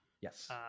Yes